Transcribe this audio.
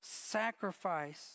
sacrifice